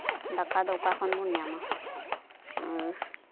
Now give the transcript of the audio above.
ᱫᱟᱠᱟ ᱫᱚ ᱚᱠᱟᱠᱷᱚᱱ ᱵᱚ ᱧᱟᱢᱟ